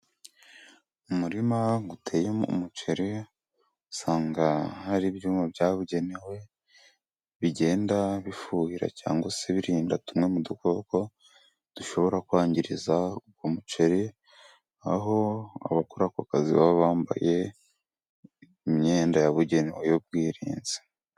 Umurima uteyemo umuceri. Usanga hari ibyuma byabugenewe, bigenda bifuhira cyangwa se birinda tumwe mu dukoko, dushobora kwangiriza uwo muceri, aho abakora ako kazi baba bambaye imyenda yabugenewe y'ubwirinzi.